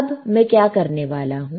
अब मैं क्या करने वाला हूं